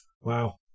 Wow